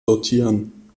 sortieren